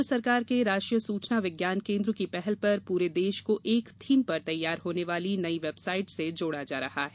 केन्द्र सरकार के राष्ट्रीय सूचना विज्ञान केन्द्र की पहल पर पूरे देश को एक थीम पर तैयार होने वाली नई वेबसाइट से जोड़ा जा रहा है